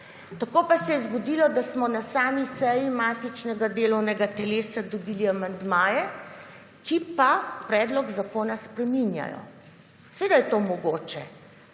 Tako pa se je zgodilo, da smo na sami seji matičnega delovnega telesa dobili amandmaje, ki pa predlog zakona spreminjajo. Seveda je to mogoče